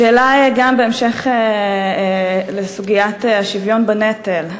שאלה שגם היא בהמשך לסוגיית השוויון בנטל.